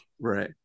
Right